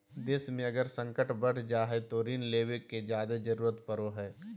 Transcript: देश मे अगर संकट बढ़ जा हय तो ऋण लेवे के जादे जरूरत पड़ो हय